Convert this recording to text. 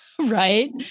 Right